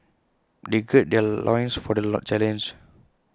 they gird their loins for the challenge